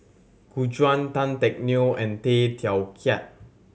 Gu Juan Tan Teck Neo and Tay Teow Kiat